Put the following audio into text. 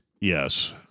Yes